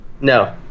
no